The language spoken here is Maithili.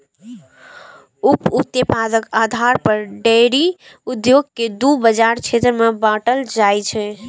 उप उत्पादक आधार पर डेयरी उद्योग कें दू बाजार क्षेत्र मे बांटल जाइ छै